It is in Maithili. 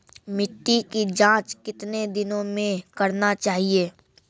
मिट्टी की जाँच कितने दिनों मे करना चाहिए?